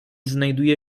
znajduje